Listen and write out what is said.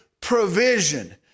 provision